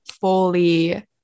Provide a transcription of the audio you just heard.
fully